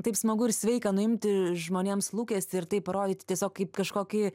taip smagu ir sveika nuimti žmonėms lūkestį ir taip parodyti tiesiog kaip kažkokį